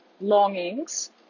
longings